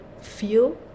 feel